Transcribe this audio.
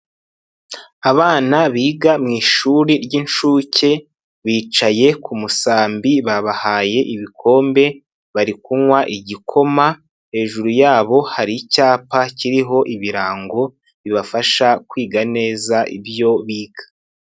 Abana biga mu ishuri ry'inshuke bicaye ku musambi babahaye ibikombe bari kunywa igikoma, hejuru yabo hari icyapa kiriho ibirango bibafasha kwiga neza ibyo biga.